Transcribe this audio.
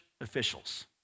officials